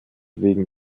wegen